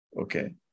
okay